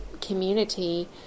community